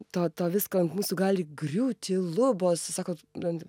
to to visko ant mūsų gali griūti lubos sakote ant